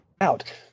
out